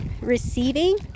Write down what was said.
receiving